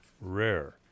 rare